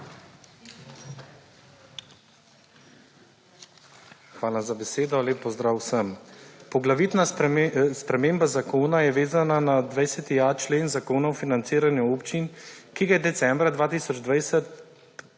Hvala za besedo. Lep pozdrav vsem! Poglavitna sprememba zakona je vezana na 20.a člen Zakona o financiranju občin, ki je decembra 2020